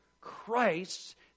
Christ